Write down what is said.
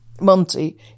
Monty